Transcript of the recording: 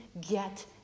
get